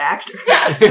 Actors